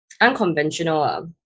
Unconventional